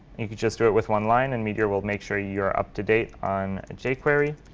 you could just do it with one line, and meteor will make sure you're up to date on jquery.